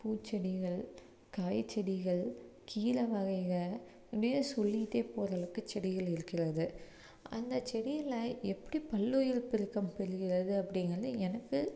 பூச்செடிகள் காய் செடிகள் கீரை வகைக இப்படியே சொல்லிக்கிட்டே போகிற அளவுக்கு செடிகள் இருக்கிறது அந்த செடியில் எப்படி பல்லுயிர் பெருக்கம் பெறுகிறது அப்படிங்கிறது எனக்கு